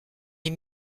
est